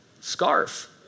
Scarf